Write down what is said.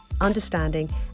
understanding